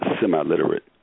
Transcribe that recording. semi-literate